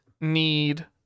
need